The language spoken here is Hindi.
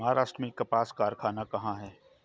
महाराष्ट्र में कपास कारख़ाना कहाँ है?